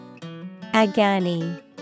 Agani